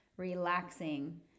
relaxing